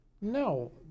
No